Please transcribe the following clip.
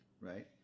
right